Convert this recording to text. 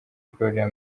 gloria